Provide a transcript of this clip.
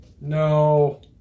No